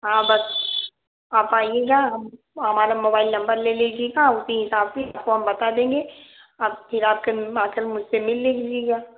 हाँ बस आप आईएगा हम हमारा मोबाइल नंबर ले लीजिएगा उसी हिसाब से इसको हम बता देंगे आप फिर आप आकर मुझसे मिल लीजिएगा